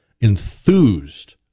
Enthused